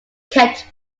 kept